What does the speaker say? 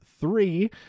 three